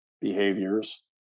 behaviors